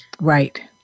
Right